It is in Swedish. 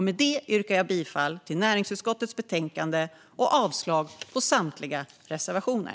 Med det yrkar jag bifall till förslaget i näringsutskottets betänkande och avslag på samtliga reservationer.